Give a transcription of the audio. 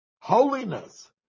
Holiness